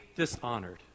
dishonored